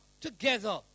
together